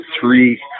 three